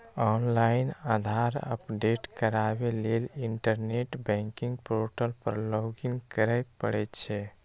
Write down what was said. online Aadhaar update कराबै लेल internet banking portal पर लॉगइन करय पड़ै छै